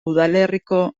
udalerriko